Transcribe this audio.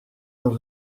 leurs